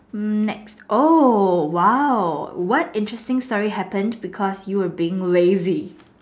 hmm next oh !wow! what interesting story happened because you were being lazy